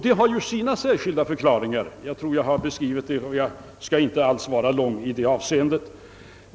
Det har ju sina särskilda förklaringar — jag tror jag redan har förklarat det, så jag skall inte vara mångordig i det avseendet.